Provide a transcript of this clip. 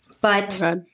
but-